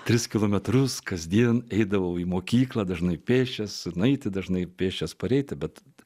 tris kilometrus kasdien eidavau į mokyklą dažnai pėsčias nueiti dažnai pėsčias pareiti bet